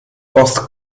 post